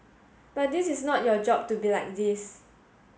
but this is not your job to be like this